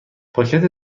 پاکت